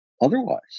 Otherwise